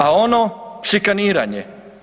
A ono, šikaniranje.